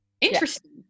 Interesting